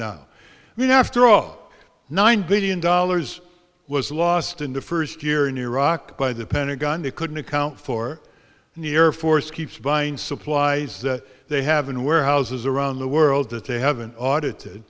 not me after all nine billion dollars was lost in the first year in iraq by the pentagon they couldn't account for the air force keeps buying supplies that they have in warehouses around the world that they haven't audited